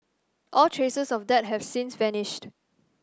all traces of that have since vanished